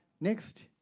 Next